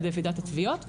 על ידי ועידת התביעות,